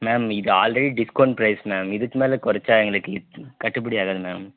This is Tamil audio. மேம் இது ஆல்ரெடி டிஸ்க்கவுண்ட் ப்ரைஸ் மேம் இதுக்கு மேலே குறைச்சா எங்களுக்கு கட்டுபடி ஆகாது மேம்